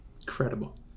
Incredible